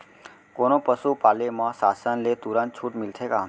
कोनो पसु पाले म शासन ले तुरंत छूट मिलथे का?